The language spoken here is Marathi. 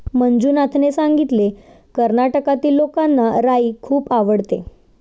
मंजुनाथने सांगितले, कर्नाटकातील लोकांना राई खूप आवडते